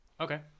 Okay